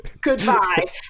goodbye